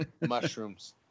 Mushrooms